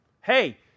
Hey